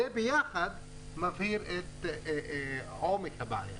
זה ביחד מבהיר את עומק הבעיה.